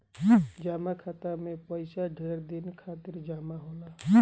जमा खाता मे पइसा ढेर दिन खातिर जमा होला